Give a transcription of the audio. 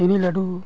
ᱪᱤᱱᱤ ᱞᱟᱹᱰᱩ